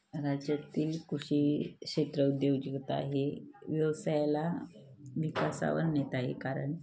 राज्यातील कृषी क्षेत्र उद्योजकता हे व्यवसायाला विकासावर नेत आहे कारण